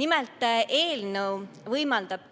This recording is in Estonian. Nimelt, eelnõu võimaldab